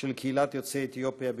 של קהילת יוצאי אתיופיה.